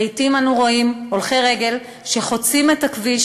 לעתים אנו רואים הולכי רגל שחוצים את הכביש